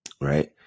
right